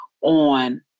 on